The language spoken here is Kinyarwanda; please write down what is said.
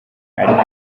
ariko